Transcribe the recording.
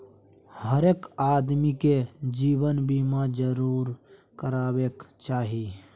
हरेक आदमीकेँ जीवन बीमा जरूर करेबाक चाही